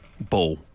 Ball